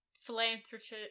philanthropist